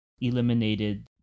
eliminated